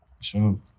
Sure